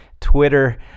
Twitter